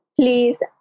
please